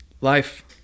life